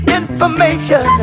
information